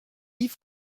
yves